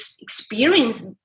experience